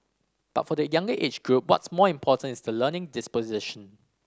but for the younger age group what's more important is the learning disposition